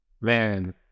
Man